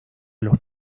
los